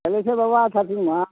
थनेसर बाबा छथिन हुआँ